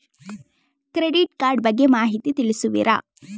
Credit card ಬಗ್ಗೆ ಮಾಹಿತಿ ತಿಳಿಸುವಿರಾ?